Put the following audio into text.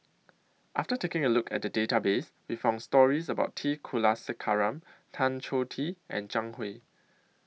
after taking A Look At The Database We found stories about T Kulasekaram Tan Choh Tee and Zhang Hui